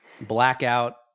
Blackout